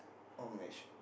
oh mesh